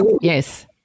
Yes